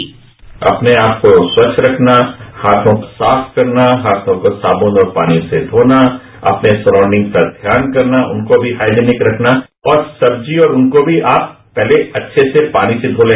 bite अपने आप को स्वच्छ रखना हाथों को साफ करना हाथों को साबुन और पानी से धोना अपने सराउंडिग का ध्यान करना उनको भी हाइजेनिक रखना और सब्जी और उनको भी आप पहले अच्छे से पानी से धो लें